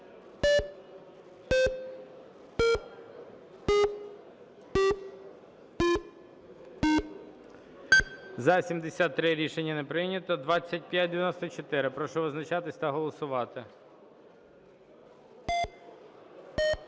За-73 Рішення не прийнято. 2594. Прошу визначатись та голосувати. 11:00:25